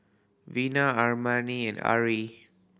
Vina Armani and Ari